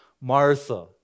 Martha